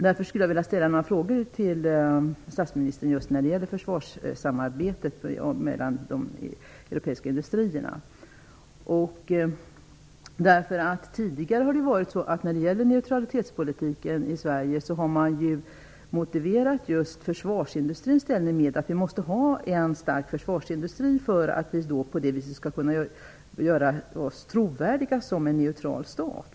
Den svenska försvarsindustrins starka ställning har tidigare motiverats med att vi skall göra oss trovärdiga som en neutral stat.